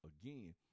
again